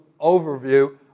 overview